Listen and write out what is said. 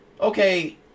Okay